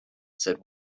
said